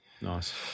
Nice